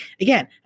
Again